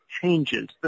changes